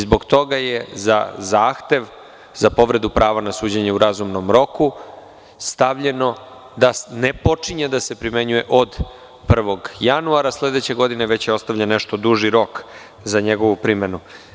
Zbog toga je za zahtev za povredu prava na suđenje u razumnom roku stavljeno da ne počinje da se primenjuje od 1. januara sledeće godine, već je ostavljen nešto duži rok za njegovu primenu.